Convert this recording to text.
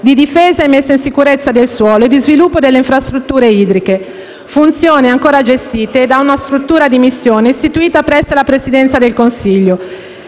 di difesa e messa in sicurezza del suolo e di sviluppo delle infrastrutture idriche, funzioni ancora gestite da una struttura di missione istituita presso la Presidenza del Consiglio,